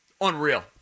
unreal